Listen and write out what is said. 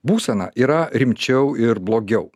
būsena yra rimčiau ir blogiau